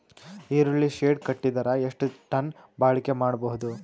ಈರುಳ್ಳಿ ಶೆಡ್ ಕಟ್ಟಿದರ ಎಷ್ಟು ಟನ್ ಬಾಳಿಕೆ ಮಾಡಬಹುದು?